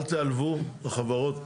אל תיעלבו, החברות.